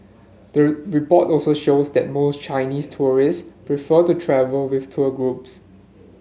the report also shows that most Chinese tourists prefer to travel with tour groups